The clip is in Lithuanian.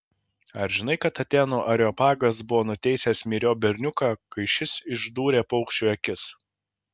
ar žinai kad atėnų areopagas buvo nuteisęs myriop berniuką kai šis išdūrė paukščiui akis